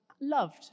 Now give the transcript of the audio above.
loved